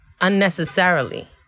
Unnecessarily